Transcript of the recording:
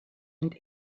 and